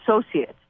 Associates